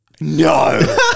No